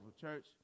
church